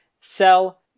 sell